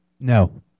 No